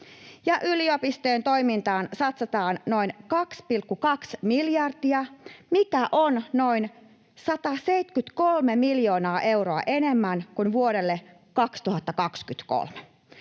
Yliopistojen toimintaan satsataan noin 2,2 miljardia, mikä on noin 173 miljoonaa euroa enemmän kuin vuodelle 2023.